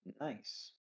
Nice